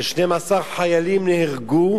ש-12 חיילים נהרגו,